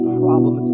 problem